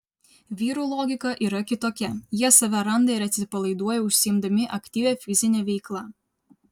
vyrų logika yra kitokia jie save randa ir atsipalaiduoja užsiimdami aktyvia fizine veikla